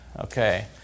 okay